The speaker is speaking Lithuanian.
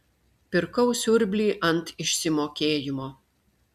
pirkau siurblį ant išsimokėjimo